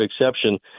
exception